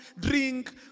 drink